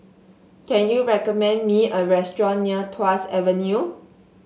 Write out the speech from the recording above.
can you recommend me a restaurant near Tuas Avenue